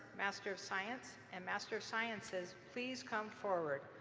master of science, and master of sciences please come forward?